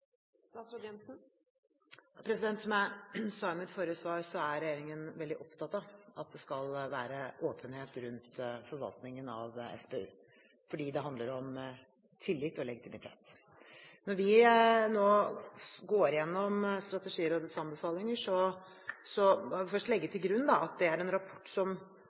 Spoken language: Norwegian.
Som jeg sa i mitt forrige svar, er regjeringen veldig opptatt av at det skal være åpenhet rundt forvaltningen av SPU, fordi det handler om tillit og legitimitet. Når vi nå går igjennom Strategirådets anbefalinger, må vi legge til grunn at dette er en rapport som